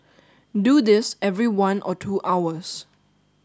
do this every one or two hours